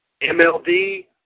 MLD